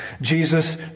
Jesus